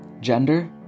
gender